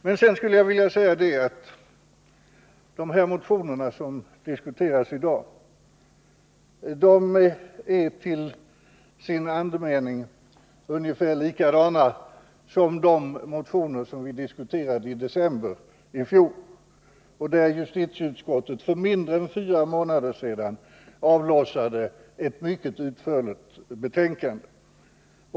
Sedan skulle jag vilja säga att de motioner som diskuteras i dag till sin andemening är ungefär likadana som de motioner som vi diskuterade i december i fjol och beträffande vilka justitieutskottet för mindre än fyra månader sedan avlossade ett mycket utförligt betänkande.